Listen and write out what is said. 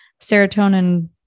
serotonin